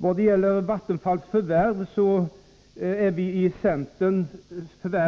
Beträffande Vattenfalls förvärv